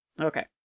Okay